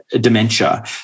dementia